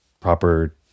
proper